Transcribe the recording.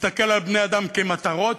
להסתכל על בני-אדם כמטרות,